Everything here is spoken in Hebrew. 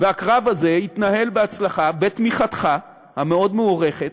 והקרב הזה התנהל בהצלחה, בתמיכתך המאוד-מוערכת,